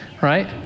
Right